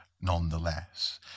nonetheless